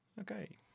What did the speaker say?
Okay